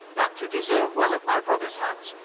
that to deserue well at my brothers hands,